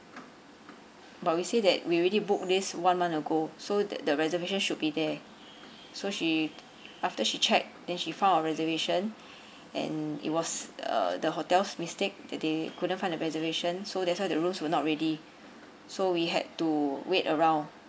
but we say that we already book this one month ago so that the reservation should be there so she after she checked then she found a reservation and it was uh the hotel's mistake that they couldn't find the reservation so that's why the rooms were not ready so we had to wait around